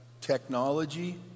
technology